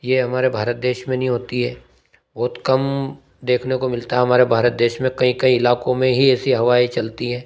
ये हमारे भारत देश में नहीं होती है बहुत कम देखने को मिलता है हमारे भारत देश में कई कई इलाकों में ही ऐसी हवाएँ चलती है